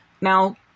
Now